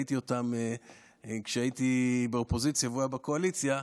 שראיתי אותם כשהייתי באופוזיציה והוא היה בקואליציה,